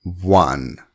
one